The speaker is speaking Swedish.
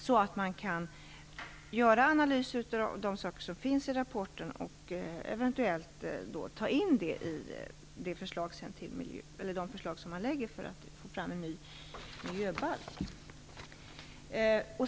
Eventuellt kommer man sedan att ta in detta i de förslag man sedan lägger fram för att få fram en ny miljöbalk.